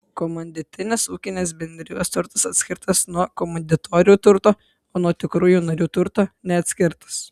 komanditinės ūkinės bendrijos turtas atskirtas nuo komanditorių turto o nuo tikrųjų narių turto neatskirtas